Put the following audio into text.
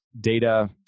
data